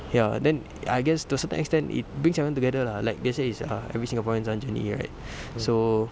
ya then I guess to a certain extent it brings them together lah like they say it's err every singaporean son's journey right so